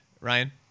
Ryan